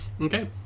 Okay